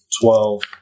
Twelve